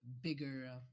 bigger